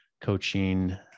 coaching